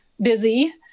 busy